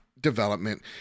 development